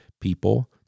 people